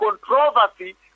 controversy